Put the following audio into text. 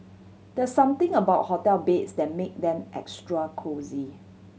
there something about hotel beds that make them extra cosy